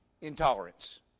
intolerance